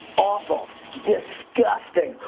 awful, disgusting,